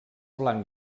blanc